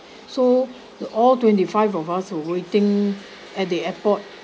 so the all twenty five of us were waiting at the airport